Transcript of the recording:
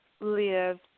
Live